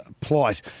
plight